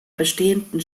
bestehenden